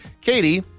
Katie